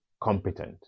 competent